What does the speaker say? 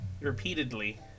repeatedly